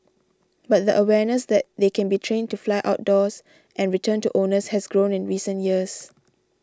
but the awareness that they can be trained to fly outdoors and return to owners has grown in recent years